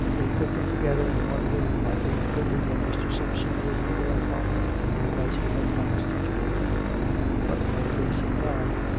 they put them together in one room, i think, hoping that mr. simpson would prevail upon them to do as he had promised to do but, by the grace of god,